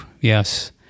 Yes